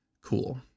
Cool